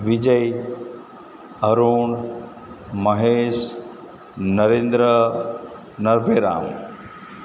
Vijay Arun Mahesh Narendra Narbheram